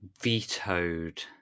vetoed